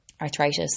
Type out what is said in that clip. arthritis